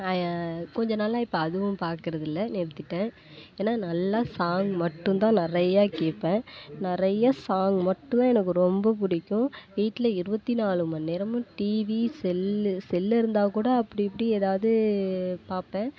கொஞ்ச நாளாக இப்போ அதுவும் பார்க்குறதில்ல நிறுத்திவிட்டேன் ஏன்னா நல்லா சாங் மட்டும்தான் நிறையா கேட்பேன் நிறையா சாங் மட்டும்தான் எனக்கு ரொம்ப பிடிக்கும் வீட்டில இருபத்திநாலு மணி நேரமும் டிவி செல்லு செல்லு இருந்தாக்கூட அப்படி இப்படி ஏதாவது பார்ப்பேன்